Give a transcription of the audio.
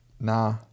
Nah